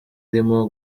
irimo